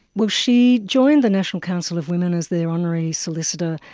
well, she joined the national council of women as their honorary solicitor.